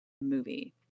movie